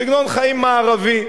סגנון חיים מערבי: